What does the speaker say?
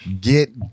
get